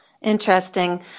Interesting